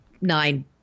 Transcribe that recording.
nine